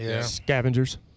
Scavengers